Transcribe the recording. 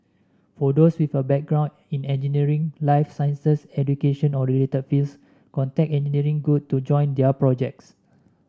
for those with a background in engineering life sciences education or related fields contact Engineering Good to join their projects